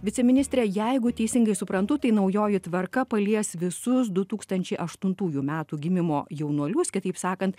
viceministre jeigu teisingai suprantu tai naujoji tvarka palies visus du tūkstančiai aštuntųjų metų gimimo jaunuolius kitaip sakant